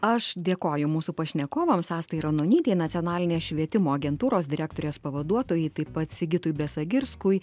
aš dėkoju mūsų pašnekovams astai ranonytei nacionalinės švietimo agentūros direktorės pavaduotojai taip pat sigitui besagirskui